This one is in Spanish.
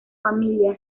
familia